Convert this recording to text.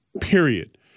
Period